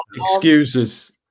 Excuses